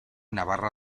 navarra